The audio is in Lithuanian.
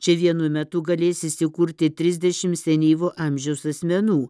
čia vienu metu galės įsikurti trisdešim senyvo amžiaus asmenų